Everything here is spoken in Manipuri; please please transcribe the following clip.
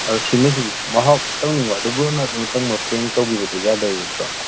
ꯑꯗꯣ ꯁꯨꯝꯕꯁꯤ ꯃꯍꯥꯎ ꯇꯪꯅꯤꯡꯕ ꯑꯗꯣ ꯕ꯭ꯔꯣꯅ ꯑꯗꯨꯝ ꯈꯤꯇꯪ ꯃꯇꯦꯡ ꯇꯧꯕꯤꯕꯗꯣ ꯌꯥꯗꯣꯔꯤꯕ ꯅꯠꯇ꯭ꯔꯣ